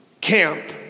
camp